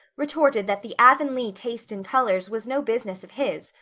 retorted that the avonlea taste in colors was no business of his,